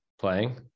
playing